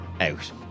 out